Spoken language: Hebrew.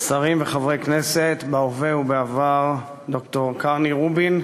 שרים וחברי כנסת בהווה ובעבר, ד"ר קרני רובין,